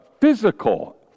physical